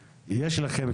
המשיך.